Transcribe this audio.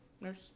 nurse